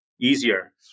easier